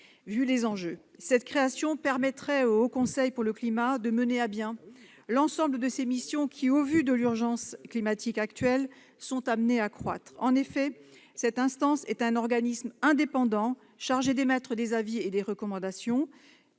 tenu des enjeux. Cette création permettrait au Haut Conseil pour le climat de mener à bien l'ensemble de ses missions qui, au vu de l'urgence climatique actuelle, sont amenées à croître. En effet, cette instance est un organisme indépendant chargé d'émettre des avis et recommandations